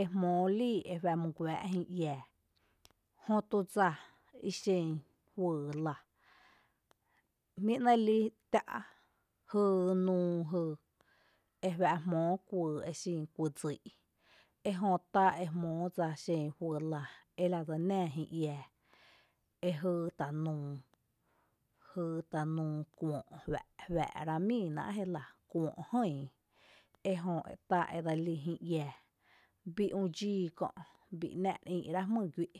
ejmoo líi ejua’ my guⱥⱥ’ jïï iää jötu dsa ixen juyy lⱥ jmíi’ ‘nɇɇ’ líi’ tⱥ’ e jyy nuu jyy, ejuⱥ jmóo kuyy exin kuyy dsíi’ ejö tá ejmóo dsa xen juyy lⱥ e lá dse nⱥⱥ jÿÿ iⱥⱥ ejyy ta’ nuu, jyytá’ nuu kuǿǿ’ la’ juⱥⱥ’ ráa’ míiná’ jelⱥ kuöö’ jïí ejö tá edselí jïï iⱥⱥ, bii üü dxíi kö’ bíi ‘ná’ reï’ráa’ jmyy guí’.